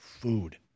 food